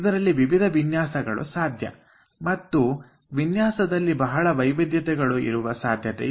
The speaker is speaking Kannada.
ಇದರಲ್ಲಿ ವಿವಿಧ ವಿನ್ಯಾಸಗಳು ಸಾಧ್ಯ ಮತ್ತು ವಿನ್ಯಾಸದಲ್ಲಿ ಬಹಳ ವೈವಿಧ್ಯತೆಗಳು ಇರುವ ಸಾಧ್ಯತೆ ಇದೆ